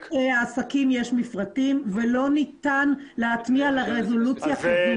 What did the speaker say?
לכל העסקים יש מפרטים ולא ניתן להטמיע ברזולוציה הזו.